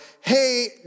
hey